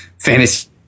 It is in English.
fantasy